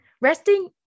Resting